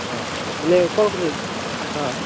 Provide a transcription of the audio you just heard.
ହଁ ବୋଲେ କ'ଣ ହଁ